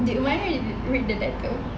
did humaira read the letter